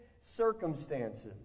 circumstances